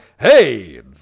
hey